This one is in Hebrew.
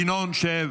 ינון, שב.